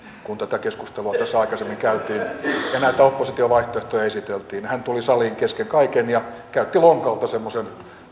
kun tätä keskustelua tässä aikaisemmin käytiin ja näitä opposition vaihtoehtoja esiteltiin hän tuli saliin kesken kaiken ja käytti lonkalta semmoisen